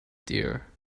dear